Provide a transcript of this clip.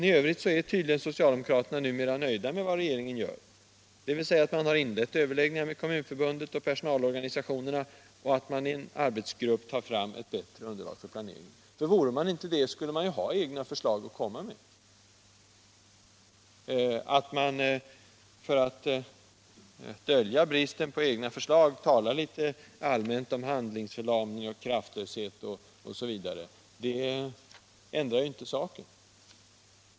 I övrigt är tydligen socialdemokraterna numera nöjda med vad regeringen gör, dvs. att man har inlett överläggningar med Kommunförbundet och personalorganisationerna och att man i en arbetsgrupp tar fram ett bättre underlag för planeringen. Vore så inte fallet, skulle ju socialdemokraterna ha egna förslag att komma med. Att de för att dölja bristen på egna förslag talar litet allmänt om handlingsförlamning och kraftlöshet ändrar inte saken.